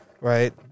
right